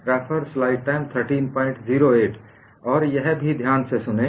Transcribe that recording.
और यह भी बहुत ध्यान से सुनें